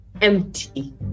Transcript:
empty